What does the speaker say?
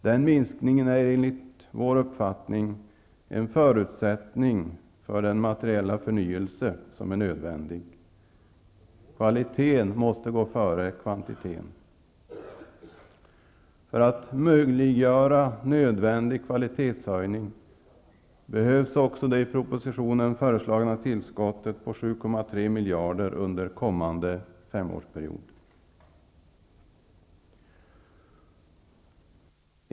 Den minskningen är enligt vår uppfattning en förutsättning för den materiella förnyelse som är nödvändig. Kvaliteten måste gå före kvantiteten. För att möjliggöra nödvändig kvalitetshöjning behövs också det i propositionen föreslagna tillskottet på 7,3 miljarder under kommande femårsperiod.